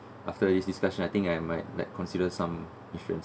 after this discussion I think I might like consider some insurance